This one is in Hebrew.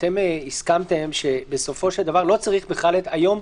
הסכמתם שהיום,